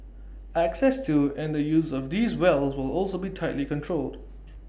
access to and the use of these wells will also be tightly controlled